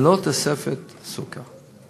"ללא תוספת סוכר".